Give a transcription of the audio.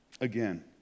again